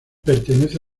pertenece